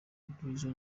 ubwiza